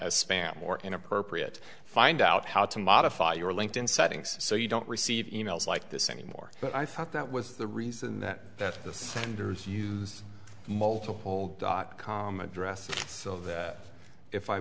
as spam or inappropriate find out how to modify your linked in settings so you don't receive emails like this anymore but i thought that was the reason that the senders use multiple dot com address so that if i